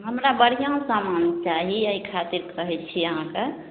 हमरा बढ़िआँ समान चाही एहि खातिर कहै छी अहाँके